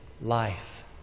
life